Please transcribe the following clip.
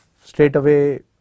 straightaway